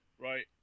Right